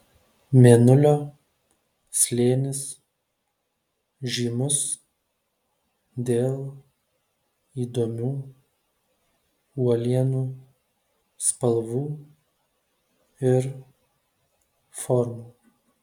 mėnulio slėnis žymus dėl įdomių uolienų spalvų ir formų